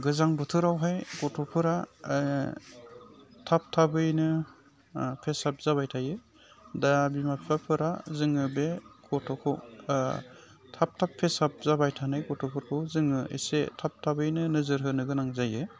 गोजां बोथोरावहाय गथ'फोरा थाब थाबैनो फेसाब जाबाय थायो दा बिमा बिफाफोरा जोङो बे गथ'खौ थाब थाब फेसाब जाबाय थानाय गथ'फोरखौ जोङो एसे थाब थाबैनो नोजोर होनो गोनां जायो